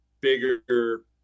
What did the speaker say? bigger